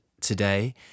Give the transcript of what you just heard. today